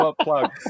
plug